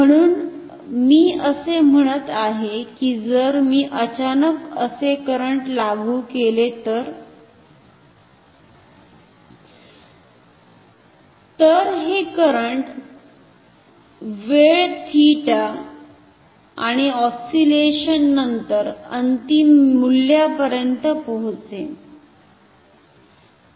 म्हणून मी असे म्हणत आहे की जर मी अचानक असे करंट लागू केले तर तर हे करंट वेळ थिटा काही ऑस्सिलेशन नंतर अंतिम मूल्यापर्यंत पोहोचेन